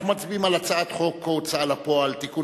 אנחנו מצביעים על הצעת חוק ההוצאה לפועל (תיקון